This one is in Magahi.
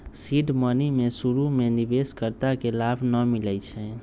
सीड मनी में शुरु में निवेश कर्ता के लाभ न मिलै छइ